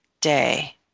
Day